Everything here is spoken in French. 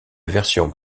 version